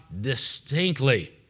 distinctly